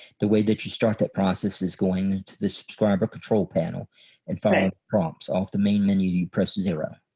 the way that you start that process is going into the subscriber control panel and find prompts off the main menu. you press the zero.